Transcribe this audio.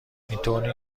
اینطور